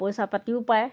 পইচা পাতিও পায়